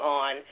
on